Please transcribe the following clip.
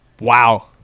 wow